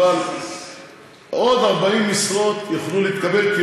אבל עוד 40 משרות יוכלו להתקבל,